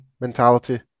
mentality